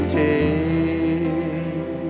take